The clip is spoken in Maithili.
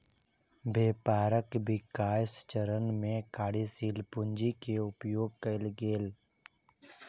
व्यापारक विकास चरण में कार्यशील पूंजी के उपयोग कएल गेल